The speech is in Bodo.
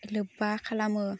लोब्बा खालामो